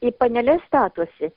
į paneles statosi